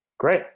Great